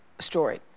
Story